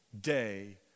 day